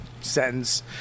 sentence